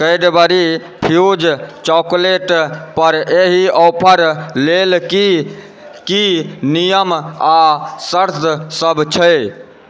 Cadbury Fuse chocolate पर एहि offer लेल की की नियम आ शर्त सब छै